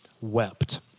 wept